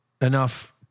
enough